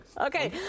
Okay